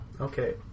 okay